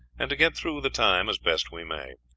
and to get through the time as best we may.